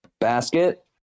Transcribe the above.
Basket